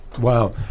Wow